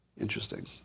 Interesting